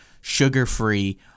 sugar-free